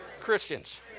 Christians